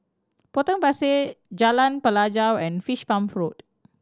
Potong Pasir Jalan Pelajau and Fish Farm Road